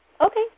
Okay